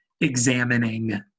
examining